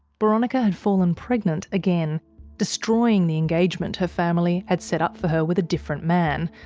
boronika had fallen pregnant again destroying the engagement her family had set up for her with a different man.